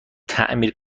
تعمیر